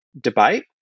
debate